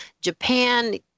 Japan